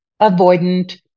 avoidant